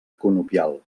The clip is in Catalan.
conopial